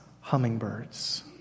hummingbirds